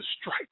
strike